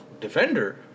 Defender